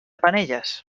penelles